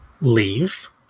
leave